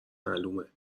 معلومه